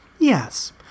Yes